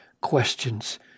questions